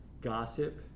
gossip